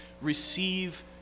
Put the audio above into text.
receive